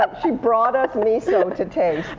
ah she brought us miso to taste.